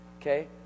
okay